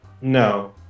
No